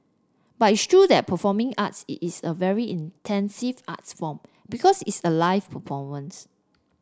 but it's true that performing arts it's a very intensive art form because it's a live performance